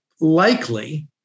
likely